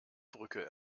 brücke